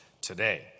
today